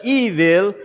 evil